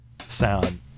sound